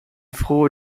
froh